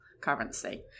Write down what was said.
currency